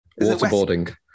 Waterboarding